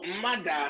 mother